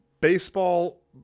baseball